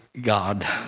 God